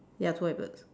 ya two white birds